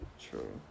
True